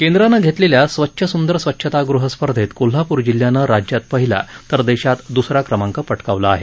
केंद्रानं घेतलेल्या स्वच्छ सुंदर स्वच्छतागृह स्पर्धेत कोल्हापूर जिल्ह्यानं राज्यात पहिला तर देशात दुसरा क्रमांक पटकावला आहे